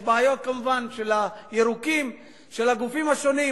יש בעיות כמובן של הירוקים, של הגופים השונים.